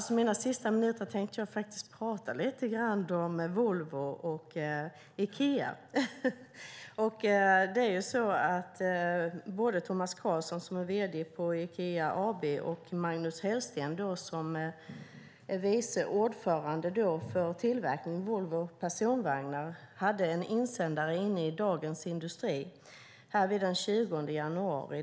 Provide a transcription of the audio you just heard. Fru talman! Jag tänkte faktiskt prata lite om Volvo och Ikea. Thomas Carlzon som är vd på Ikea AB och Magnus Hellsten som är vice ordförande för tillverkningen vid Volvo Personvagnar hade en insändare i Dagens Industri den 20 januari.